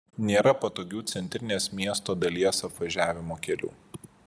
nėra patogių centrinės miesto dalies apvažiavimo kelių